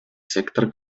сектор